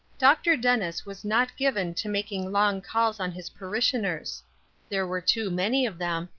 dr. dennis was not given to making long calls on his parishioners there were too many of them,